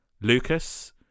Lucas